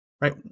right